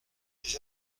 des